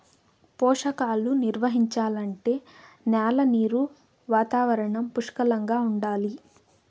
పోషకాలు నిర్వహించాలంటే న్యాల నీరు వాతావరణం పుష్కలంగా ఉండాలి